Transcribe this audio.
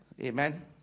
Amen